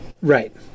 Right